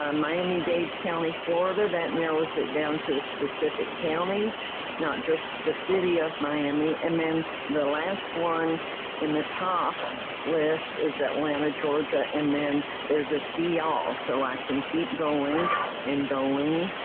ah miami dade county, florida. that narrows it down to a specific county not just the city of miami and then the last one in the top list is atlanta, georgia and then there's a see all so i can keep going and going.